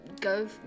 go